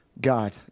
God